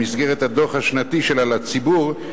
במסגרת הדוח השנתי שלה לציבור,